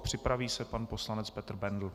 Připraví se pan poslance Petr Bendl.